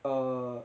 err